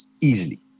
easily